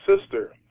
sister